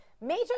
Major